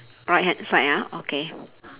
right hand side ah okay